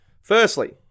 firstly